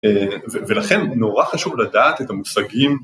ולכן נורא חשוב לדעת את המושגים.